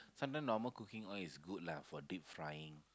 something normal cooking oil is good lah for deep frying